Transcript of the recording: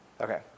Okay